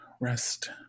rest